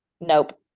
Nope